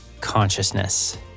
Consciousness